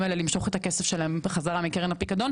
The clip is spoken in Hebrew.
ובכל זאת זה לא קורה כבר יותר משנתיים,